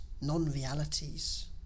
non-realities